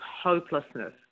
hopelessness